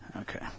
okay